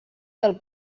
del